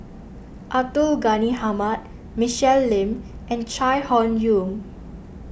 Abdul Ghani Hamid Michelle Lim and Chai Hon Yoong